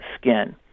skin